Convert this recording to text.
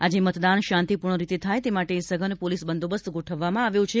તેમજ શાંતિપૂર્ણ રીતે થાય તે માટે સઘન પોલીસ બંદોબસ્ત ગોઠવવામાં આવ્યો છે